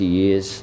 years